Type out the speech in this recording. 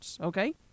okay